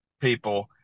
people